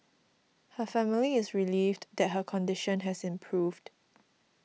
her family is relieved that her condition has improved